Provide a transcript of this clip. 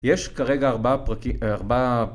יש כרגע ארבעה פרקים... ארבעה...